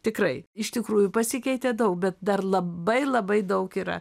tikrai iš tikrųjų pasikeitė daug bet dar labai labai daug yra